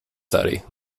study